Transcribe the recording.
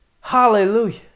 Hallelujah